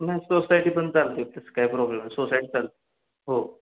नाही सोसायटी पण चालते तसं काही प्रॉब्लेम सोसायटी चालते हो